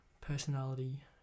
personality